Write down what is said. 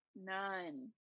none